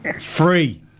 Free